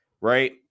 right